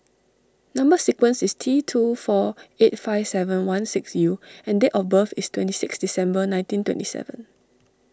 Number Sequence is T two four eight five seven one six U and date of birth is twenty six December nineteen twenty seven